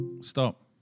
Stop